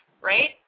right